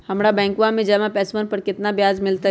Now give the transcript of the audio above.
हम्मरा बैंकवा में जमा पैसवन पर कितना ब्याज मिलतय?